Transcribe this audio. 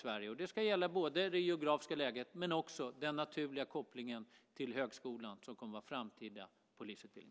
För den framtida polisutbildningen kommer det att handla om både det geografiska läget och också den naturliga kopplingen till högskolan.